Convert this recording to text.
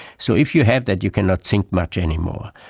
so if you have that you cannot think much anymore.